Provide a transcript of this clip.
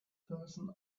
person